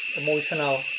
emotional